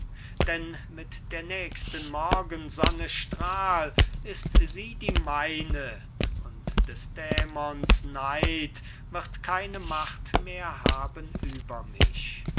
denn mit der nächsten morgensonne strahl ist sie die meine und des dämons neid wird keine macht mehr haben über mich